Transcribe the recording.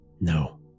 No